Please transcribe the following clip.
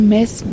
Miss